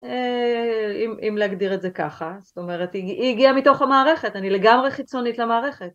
אם להגדיר את זה ככה, זאת אומרת, היא הגיעה מתוך המערכת, אני לגמרי חיצונית למערכת